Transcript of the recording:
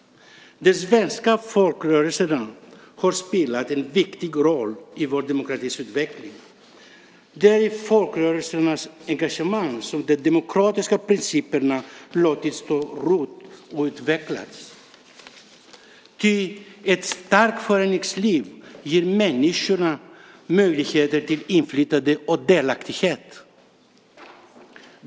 De svenska folkrörelserna har spelat en viktig roll i vår demokratis utveckling. Det är i folkrörelsernas engagemang som de demokratiska principerna låtits slå rot och utvecklas. Ett starkt föreningsliv ger nämligen människor möjligheter till inflytande och delaktighet.